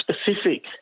specific